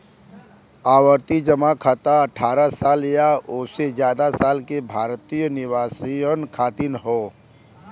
आवर्ती जमा खाता अठ्ठारह साल या ओसे जादा साल के भारतीय निवासियन खातिर हौ